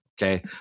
Okay